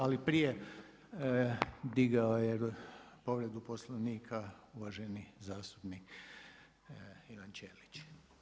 Ali prije digao je povredu Poslovnika uvaženi zastupnik Ivan Ćelić.